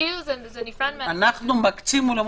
אנחנו מקצים אולמות.